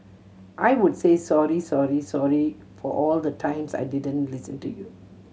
I would say sorry sorry sorry for all the times I didn't listen to you